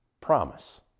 promise